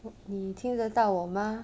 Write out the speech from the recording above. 你听得到我吗